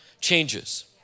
changes